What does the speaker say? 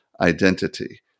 identity